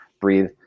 breathe